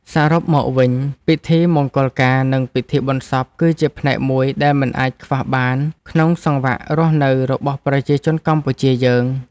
សរុបមកវិញ ពិធីមង្គលការនិងពិធីបុណ្យសព គឺជាផ្នែកមួយដែលមិនអាចខ្វះបានក្នុងសង្វាក់រស់នៅរបស់ប្រជាជនកម្ពុជាយើង។